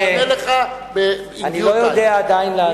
והוא יענה לך, אני לא יודע עדיין לענות.